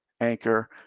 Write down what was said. Anchor